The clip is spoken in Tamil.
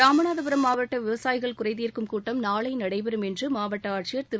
ராமநாதபுரம் மாவட்ட விவசாயிகள் குறைதீர்க்கும் கூட்டம் நாளை நடைபெறும் என்று மாவட்ட ஆட்சியர் திரு